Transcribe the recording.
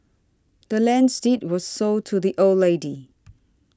the land's deed was sold to the old lady